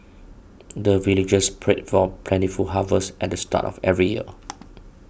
the villagers pray for plentiful harvest at the start of every year